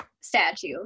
statue